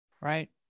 Right